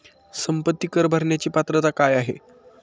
संपत्ती कर भरण्याची पात्रता काय आहे?